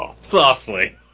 Softly